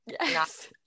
Yes